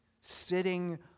sitting